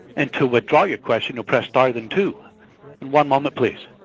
and to withdraw your question, you'll press star then two one moment please.